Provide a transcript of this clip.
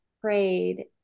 prayed